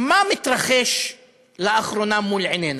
מה התרחש לאחרונה מול עינינו?